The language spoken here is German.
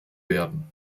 werden